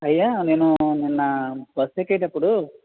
అయ్యా నేను నిన్న బస్ ఎక్కేటప్పుడు